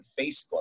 Facebook